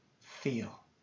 feel